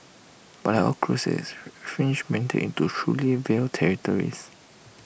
but like all crusades the fringes meandered into truly vile territories